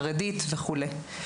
בחברה החרדית וכולי.